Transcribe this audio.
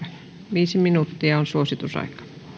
viisi minuuttia on suositusaika